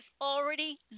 already